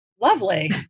lovely